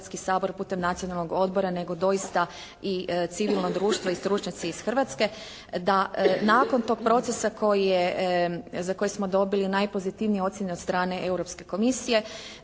Hrvatski sabor putem Nacionalnog odbora nego doista i civilnog društvo i stručnjaci iz Hrvatske. Da nakon tog procesa koji je, za koji smo dobili najpozitivnije ocjene od strane Europske komisije,